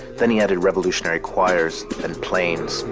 then he added revolutionary choirs and planes,